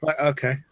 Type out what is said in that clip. Okay